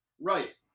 right